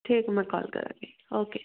ਠੀਕ ਮੈਂ ਕਾਲ ਕਰਾਂਗੀ ਓਕੇ